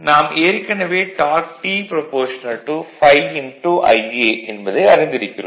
vlcsnap 2018 11 05 10h04m02s62 நாம் ஏற்கனவே dark T ∅Ia என்பதை அறிந்திருக்கிறோம்